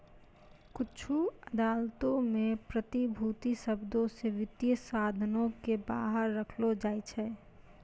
कुछु अदालतो मे प्रतिभूति शब्दो से वित्तीय साधनो के बाहर रखलो जाय छै